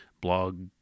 blog